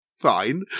fine